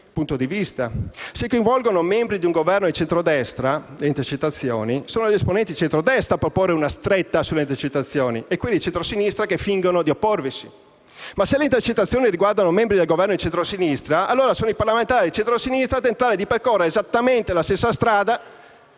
coinvolgono membri di un Governo di centrodestra, sono gli esponenti di centrodestra a proporre una stretta sulle intercettazioni e quelli di centrosinistra fingono di opporvisi. Se però le intercettazioni riguardano membri del Governo di centrosinistra, allora sono i parlamentari di centrosinistra a tentare di percorrere esattamente la stessa strada,